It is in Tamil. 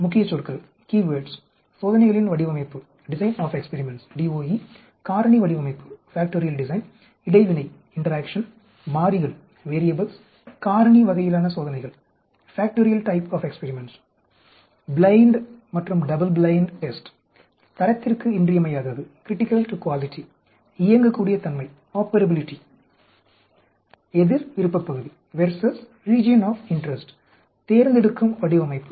முக்கியச்சொற்கள் - சோதனைகளின் வடிவமைப்பு Design of Experiments காரணி வடிவமைப்பு இடைவினை மாறிகள் காரணி வகையிலான சோதனைகள் ப்ளைன்ட் மற்றும் டபுள் ப்ளைன்ட் சோதனை தரத்திற்கு இன்றியமையாதது இயங்கக்கூடிய தன்மை எதிர் விருப்ப பகுதி தேர்ந்தெடுக்கும் வடிவமைப்பு